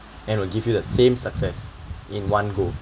and will give you the same success in one go